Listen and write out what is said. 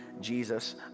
Jesus